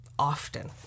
Often